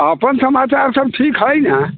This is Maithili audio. अपन समाचार सब ठीक हइ ने